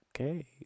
okay